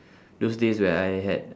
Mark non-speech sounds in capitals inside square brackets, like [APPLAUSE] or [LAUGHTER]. [BREATH] those days where I had